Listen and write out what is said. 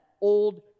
old